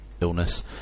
illness